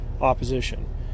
opposition